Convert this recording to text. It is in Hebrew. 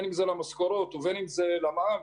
בין אם זה בגלל המשכורות ובין אם זה בגלל המע"מ,